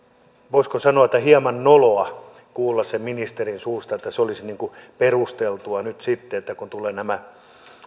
voisiko sanoa hieman noloa kuulla se ministerin suusta että olisi perusteltua nyt sitten kun tulevat nämä